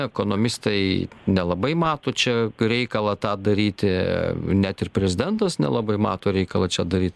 ekonomistai nelabai mato čia reikalą tą daryti net ir prezidentas nelabai mato reikalą čia daryt